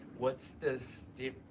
what's this deep.